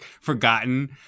forgotten